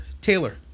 Taylor